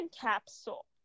capsule